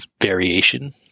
variation